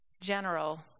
general